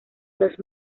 los